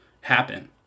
happen